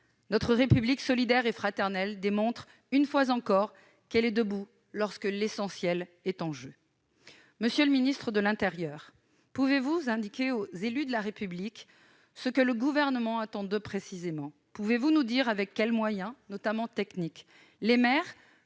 Notre République, solidaire et fraternelle, démontre une fois encore qu'elle est debout lorsque l'essentiel est en jeu. Monsieur le ministre de l'intérieur, pouvez-vous indiquer aux élus de la République ce que le Gouvernement attend d'eux précisément ? Avec quels moyens, notamment techniques,